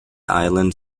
island